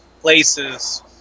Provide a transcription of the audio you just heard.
places